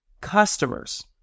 customers